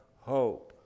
hope